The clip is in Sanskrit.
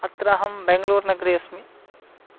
अत्र अहं बेङ्गलूर् नगरे अस्मि